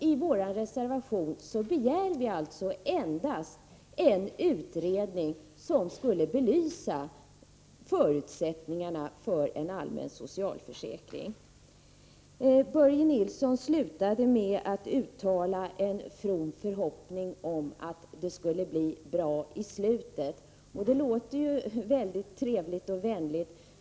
I vår reservation begär vi endast en utredning som skulle belysa förutsättningarna för en allmän socialförsäkring. Börje Nilsson slutade med att uttala en from förhoppning om att det skulle bli bra i slutet. Det låter ju mycket trevligt och vänligt.